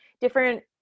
different